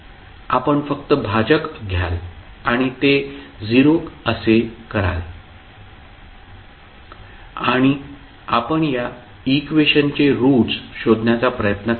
आपण फक्त भाजक घ्याल आणि ते 0 असे कराल आणि आपण या इक्वेशनचे रूट्स शोधण्याचा प्रयत्न करा